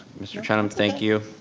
mr. trenum, thank you.